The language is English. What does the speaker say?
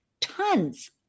Tons